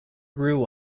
grew